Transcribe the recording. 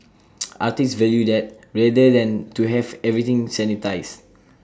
artists value that rather than to have everything sanitised